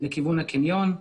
לכיוון הקניון,